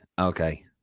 Okay